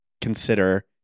consider